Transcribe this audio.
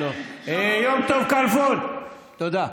יום טוב כלפון, תודה.